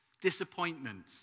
Disappointment